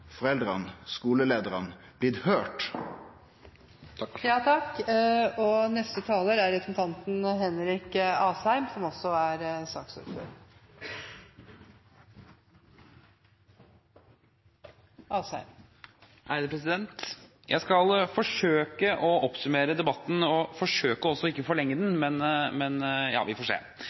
og skoleleiarane blitt høyrde? Jeg skal forsøke å oppsummere debatten og også forsøke ikke å forlenge den – men vi får se.